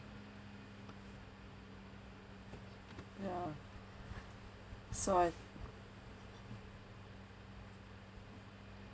ya so I